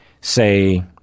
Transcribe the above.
say –